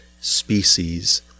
species